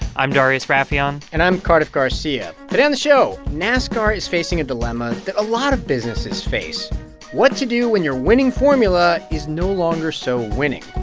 i'm darius rafieyan and i'm cardiff garcia. today on the show, nascar is facing a dilemma that a lot of businesses face what to do when your winning formula is no longer so winning.